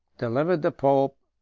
delivered the pope,